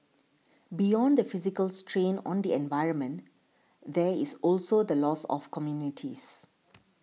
beyond the physical strain on the environment there is also the loss of communities